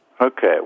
Okay